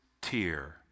tear